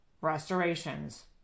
restorations